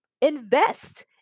invest